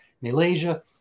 Malaysia